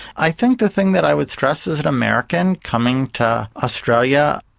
i think the thing that i would stress as an american coming to australia,